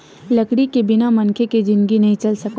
लकड़ी के बिना मनखे के जिनगी नइ चल सकय